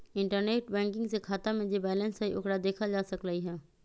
internet banking से खाता में जे बैलेंस हई ओकरा देखल जा सकलई ह